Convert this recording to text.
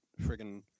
friggin